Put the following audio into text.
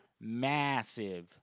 massive